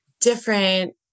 different